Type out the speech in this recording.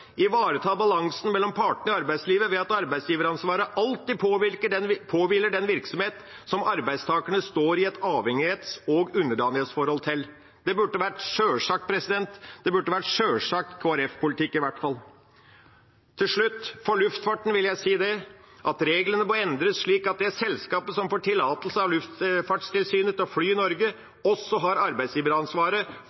balansen mellom partene i arbeidslivet ved at arbeidsgiveransvaret alltid påhviler den virksomhet som arbeidstakerne står i et avhengighets- og underordningsforhold til». Det burde vært sjølsagt – det burde i hvert fall vært sjølsagt Kristelig Folkeparti-politikk. Til slutt: For luftfarten vil jeg si at reglene må endres, slik at det selskapet som får tillatelse av Luftfartstilsynet til å fly i Norge,